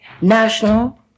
national